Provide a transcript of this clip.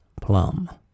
Plum